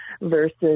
versus